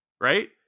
right